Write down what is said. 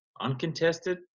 Uncontested